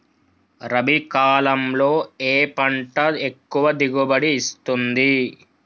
రబీ కాలంలో ఏ పంట ఎక్కువ దిగుబడి ఇస్తుంది?